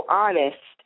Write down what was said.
honest